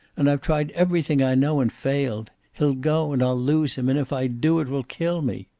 and i've tried everything i know, and failed. he'll go, and i'll lose him, and if i do it will kill me.